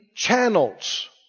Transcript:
Channels